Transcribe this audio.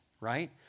right